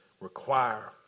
require